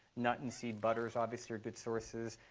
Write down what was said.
nut and seed butters, obviously, are good sources.